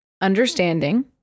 understanding